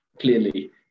clearly